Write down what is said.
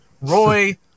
Roy